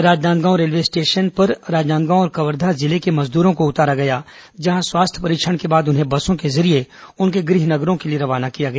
Rajnandgaon railway station में राजनांदगांव और कवर्धा जिले के मजदूरों को उतारा गया जहां स्वास्थ्य परीक्षण के बाद उन्हें बसों के जरिए उनके गृहनगरों के लिए रवाना किया गया